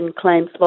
claims